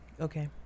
okay